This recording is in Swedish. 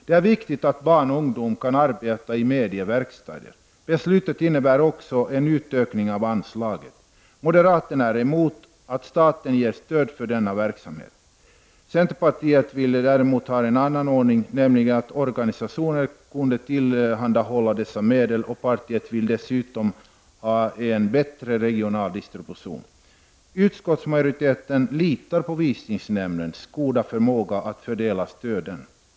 Det är viktigt att barn och ungdom kan arbeta i medieverkstäder. Beslutet innebär också en utökning av anslaget. Moderaterna är emot att staten ger stöd för denna verksamhet. Centerpartiet vill däremot ha en annan ordning, nämligen den att organisationer kan tillhandahålla dessa medel. Man vill dessutom ha en bättre regional distribution. Utskottsmajoriteten litar på Visningsnämndens goda förmåga att fördela stöden.